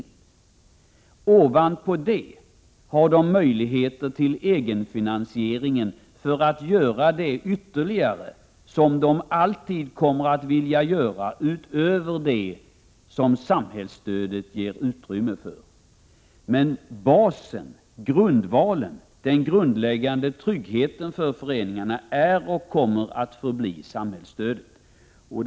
Utöver detta stöd har man möjligheter till egenfinansiering för att kunna göra det som man alltid kommer att vilja göra och som samhällsstödet inte ger uttrymme för. Men basen, den grundläggande tryggheten, för föreningarna är samhällsstödet och kommer så att förbli.